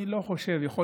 אני לא חושב שיש,